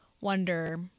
wonder